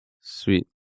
Sweet